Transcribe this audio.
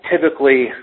typically